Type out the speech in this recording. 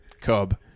Cub